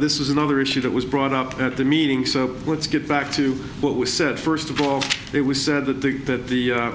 this is another issue that was brought up at the meeting so let's get back to what we said first of all it was said that the that the